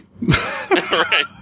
Right